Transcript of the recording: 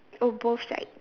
oh both side